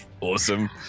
Awesome